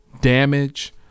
damage